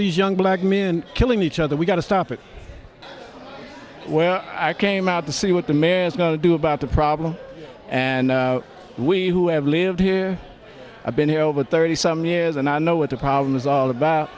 these young black men killing each other we've got to stop it well i came out to see what the man is going to do about the problem and we who have lived here i've been here over thirty some years and i know what the problem is all about